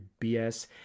BS